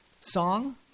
song